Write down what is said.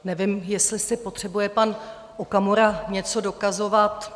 Nevím, jestli si potřebuje pan Okamura něco dokazovat.